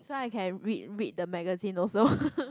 so I can read read the magazine also